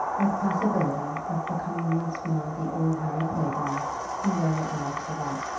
with possibility of becoming once more the old harry clavering whom they were all to love.